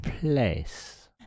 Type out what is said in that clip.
place